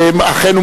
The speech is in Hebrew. אכן,